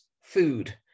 food